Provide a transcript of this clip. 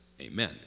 amen